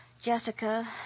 Jessica